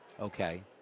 okay